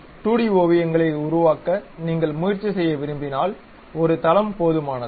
2D ஓவியங்களை உருவாக்க நீங்கள் முயற்சி செய்ய விரும்பினால் ஒரு தளம் போதுமானது